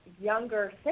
younger